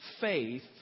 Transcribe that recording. faith